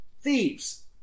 thieves